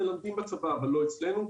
הם מלמדים בצבא אבל לא אצלנו.